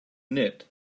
knit